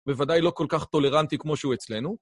בוודאי לא כל כך טולרנטי כמו שהוא אצלנו.